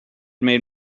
made